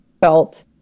felt